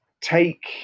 take